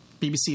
BBC